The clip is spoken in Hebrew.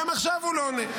גם עכשיו הוא לא עונה.